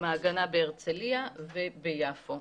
מעגנה בהרצליה וביפו.